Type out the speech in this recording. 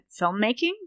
filmmaking